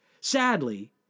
Sadly